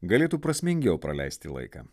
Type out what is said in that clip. galėtų prasmingiau praleisti laiką